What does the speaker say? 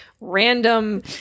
random